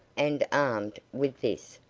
and, armed with this,